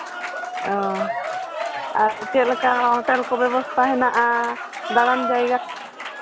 ᱚ ᱪᱮᱫ ᱞᱮᱠᱟ ᱦᱳᱴᱮᱹᱞ ᱠᱚ ᱵᱮᱵᱚᱥᱛᱷᱟ ᱦᱮᱱᱟᱜᱼᱟ ᱫᱟᱬᱟᱱ ᱡᱟᱭᱜᱟ